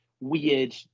weird